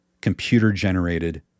computer-generated